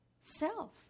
self